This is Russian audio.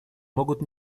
могут